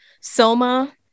Soma